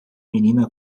menina